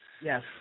Yes